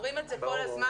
אומרים את זה כל הזמן,